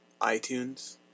iTunes